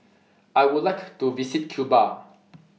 I Would like to visit Cuba